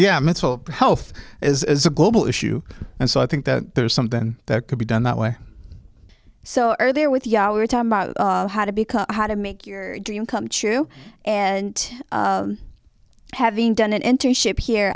yeah mental health is a global issue and so i think that there's something that could be done that way so are there with ya we're talking about how to become how to make your dream come true and having done an internship here